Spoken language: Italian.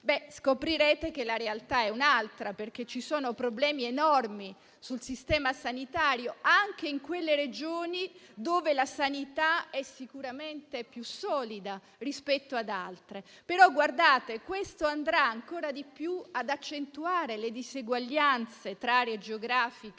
scoprirete che la realtà è un'altra, perché ci sono problemi enormi sul sistema sanitario anche in quelle Regioni dove la sanità è sicuramente più solida rispetto ad altre. Questo accentuerà ancora di più le diseguaglianze tra aree geografiche,